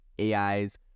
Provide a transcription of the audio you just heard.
AI's